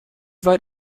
weit